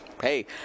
hey